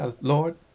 Lord